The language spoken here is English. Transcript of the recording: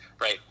right